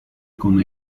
con